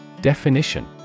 Definition